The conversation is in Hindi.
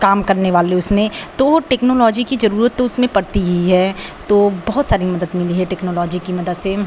काम करने वाले उसमें तो वह टेक्नोलॉजी की ज़रूरत तो उसमें पड़ती ही है तो बहुत सारी मदद मिली है टेक्नोलॉजी की मदद से